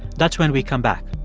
that's when we come back.